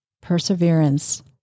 perseverance